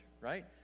right